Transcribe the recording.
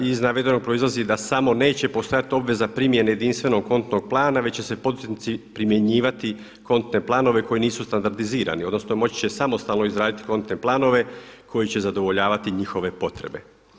Iz navedenog proizlazi da samo neće postojati obveza primjene jedinstvenog kontnog plana već će se poduzetnici primjenjivati kontne planove koji nisu standardizirani, odnosno moći će samostalno izraditi kontne planove koji će zadovoljavati njihove potrebe.